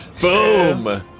Boom